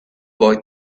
boy